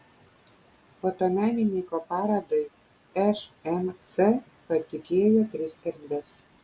fotomenininko parodai šmc patikėjo tris erdves